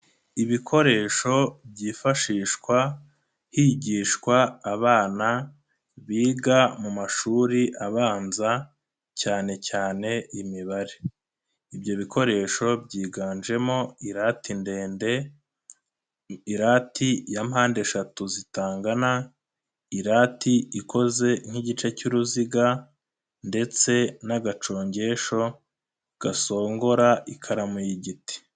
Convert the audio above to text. Ibikoresho byifashishwa higishwa abana biga mu mashuri abanza cyane cyane imibare. Ibyo bikoresho byiganjemo irati ndende, irati ya mpande eshatu zitangana, irati ikoze nk'igice cy'uruziga ndetse n'agacongesho gasongora ikaramu y'igiti.